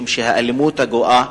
משום שהאלימות גואה,